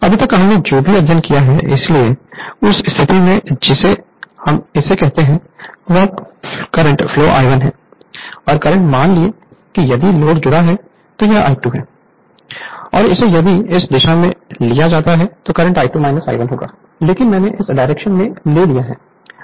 अभी तक हमने जो भी अध्ययन किया है इसलिए उस स्थिति में जिसे हम इसे कहते हैं यह करंट फ्लो I1 है और करंट मान लें कि यदि लोड जुड़ा हुआ है तो यह I2 है और इसे यदि इस दिशा में लिया जाता है तो करंट I1 I2 होगा लेकिन मैंने इस डायरेक्शन में ले लिया है